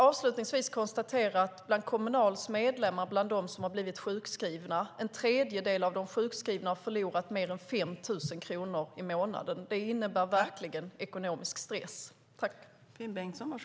Avslutningsvis kan jag konstatera att bland de av Kommunals medlemmar som har blivit sjukskrivna har en tredjedel förlorat mer än 5 000 kronor i månaden. Det innebär verkligen ekonomisk stress.